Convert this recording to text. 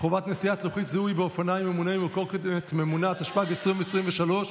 העונשין, התשפ"ג 2023,